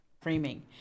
framing